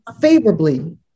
favorably